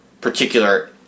particular